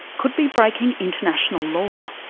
could be breaking international law.